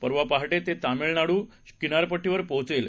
परवा पहाटे ते तामिळनाडू किनारपट्टीवर पोहोचेल